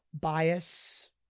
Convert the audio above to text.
bias